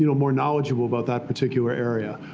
you know more knowledgeable about that particular area,